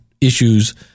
issues